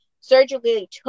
surgically